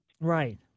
Right